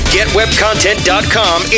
GetWebContent.com